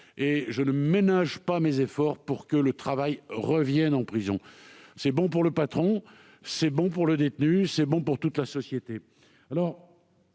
et je ne ménage pas mes efforts pour que le travail revienne en prison. C'est bon pour le patron, c'est bon pour le détenu, c'est bon pour toute la société.